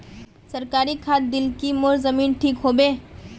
सरकारी खाद दिल की मोर जमीन ठीक होबे?